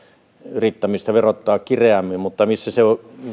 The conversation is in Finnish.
yrittämistä verottaa kireämmin mutta missä se